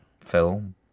film